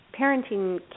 parenting